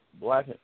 black